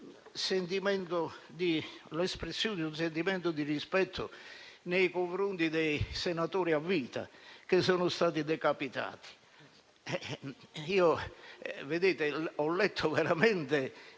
sentimento di rispetto nei confronti dei senatori a vita, che sono stati "decapitati". Ho letto con